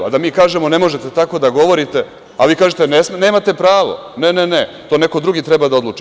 A, da mi kažemo – ne možete tako da govorite, a vi kažete – nemate pravo, ne, ne, ne, to neko drugi treba da odluči.